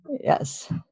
Yes